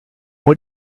what